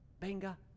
Venga